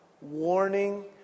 warning